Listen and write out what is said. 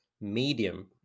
medium